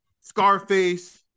Scarface